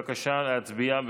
בבקשה להצביע.